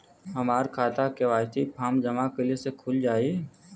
हमार खाता KYC form जमा कइले से खुल जाई?